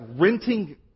renting